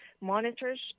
monitors